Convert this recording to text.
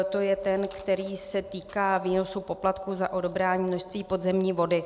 To je ten, který se týká výnosu poplatků za odebrání množství podzemní vody.